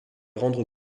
rendre